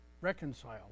reconciled